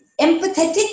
empathetic